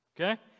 Okay